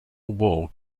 wall